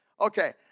Okay